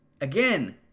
again